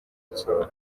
nsoro